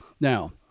Now